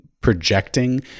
projecting